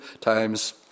times